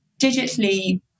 digitally